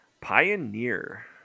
Pioneer